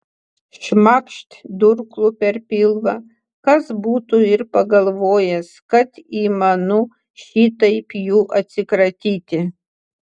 šmakšt durklu per pilvą kas būtų ir pagalvojęs kad įmanu šitaip jų atsikratyti